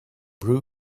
brew